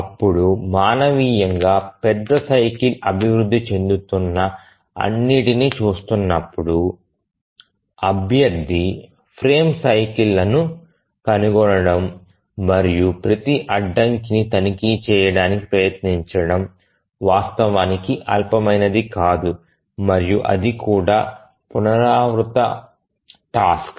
అప్పుడు మానవీయంగా పెద్ద సైకిల్ అభివృద్ధి చెందుతున్న అన్నిటిని చూస్తున్నప్పుడు అభ్యర్థి ఫ్రేమ్ సైకిల్ లను కనుగొనడం మరియు ప్రతి అడ్డంకిని తనిఖీ చేయడానికి ప్రయత్నించడం వాస్తవానికి అల్పమైనది కాదు మరియు అది కూడా పునరావృత టాస్క్